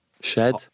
shed